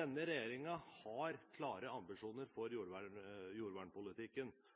Denne regjeringen har klare ambisjoner for